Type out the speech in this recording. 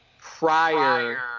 prior